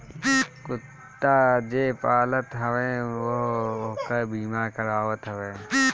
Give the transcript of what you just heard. कुत्ता जे पालत हवे उहो ओकर बीमा करावत हवे